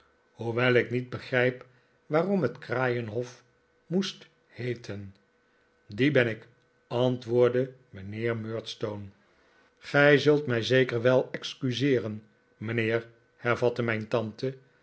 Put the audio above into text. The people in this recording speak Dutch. hoewel ik niet begrijp waarom het kraaienhof moest heeten die ben ik antwoordde mijnheer murdstone david copper field gij zult mij zeker wel excuseeren mijnheer hervatte mijn tante